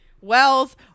Wells